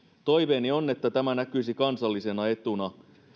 toiveeni on että tämä näkyisi kansallisena etuna